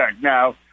Now